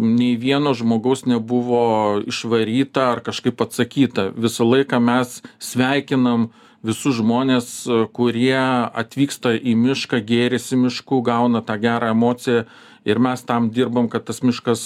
nei vieno žmogaus nebuvo išvaryta ar kažkaip atsakyta visą laiką mes sveikinam visus žmones kurie atvyksta į mišką gėrisi mišku gauna tą gerą emociją ir mes tam dirbam kad tas miškas